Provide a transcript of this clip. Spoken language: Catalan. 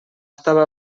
estava